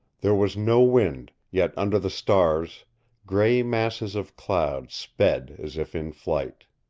there was no wind, yet under the stars gray masses of cloud sped as if in flight.